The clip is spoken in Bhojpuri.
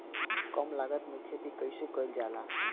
कम लागत में खेती कइसे कइल जाला?